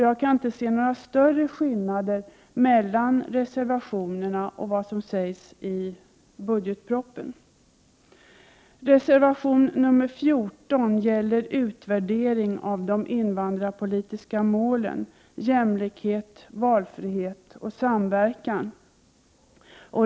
Jag kan inte se några större skillnader mellan reservationen och det som sägs i budgetpropositionen. Reservation nr 14 gäller utvärdering av de invandrarpolitiska målen — jämlikhet, valfrihet och samverkan.